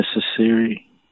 necessary